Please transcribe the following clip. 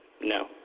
No